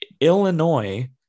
Illinois